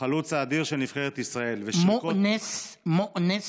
החלוץ האדיר של נבחרת ישראל, מוֹאַנֶּס דַּבּוּר.